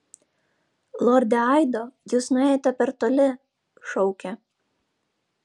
lorde aido jūs nuėjote per toli šaukė